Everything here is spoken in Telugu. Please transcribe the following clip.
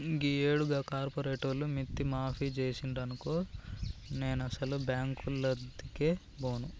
గీయేడు గా కార్పోరేటోళ్లు మిత్తి మాఫి జేసిండ్రనుకో నేనసలు బాంకులదిక్కే బోను